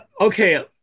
Okay